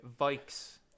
Vikes